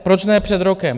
Proč ne před rokem?